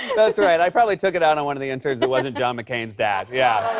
that's right. i probably took it out on one of the interns that wasn't john mccain's dad, yeah.